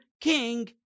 king